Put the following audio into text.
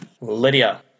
Lydia